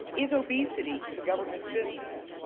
is obesity the government's business?